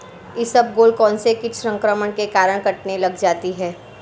इसबगोल कौनसे कीट संक्रमण के कारण कटने लग जाती है?